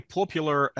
popular